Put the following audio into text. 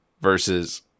versus